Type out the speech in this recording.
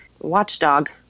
watchdog